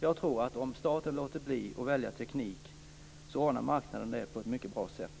Jag tror att om staten låter bli att välja teknik så ordnar marknaden det här på ett mycket bra sätt.